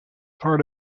part